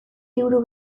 liburu